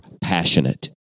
passionate